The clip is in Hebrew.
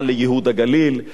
יש לנו הסוכנות היהודית,